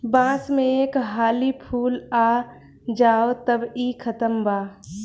बांस में एक हाली फूल आ जाओ तब इ खतम बा